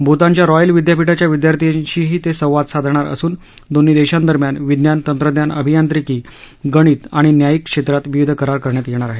भूतानच्या रॉयल विद्यापीठाच्या विद्यार्थ्याशीही ते संवाद साधणार असून दोन्ही देशांदरम्यान विज्ञान तंत्रज्ञान अभियांत्रिकी गणित आणि न्यायिक क्षेत्रात विविध करार करण्यात येणार आहेत